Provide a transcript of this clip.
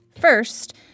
First